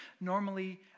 normally